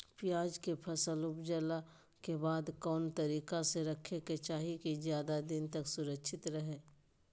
प्याज के फसल ऊपजला के बाद कौन तरीका से रखे के चाही की ज्यादा दिन तक सुरक्षित रहय?